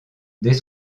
dés